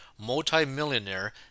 multi-millionaire